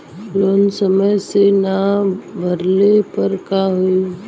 Loan समय से ना भरले पर का होयी?